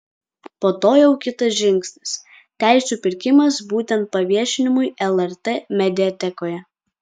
po to jau kitas žingsnis teisių pirkimas būtent paviešinimui lrt mediatekoje